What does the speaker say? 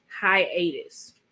Hiatus